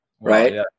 Right